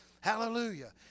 Hallelujah